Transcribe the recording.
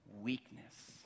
weakness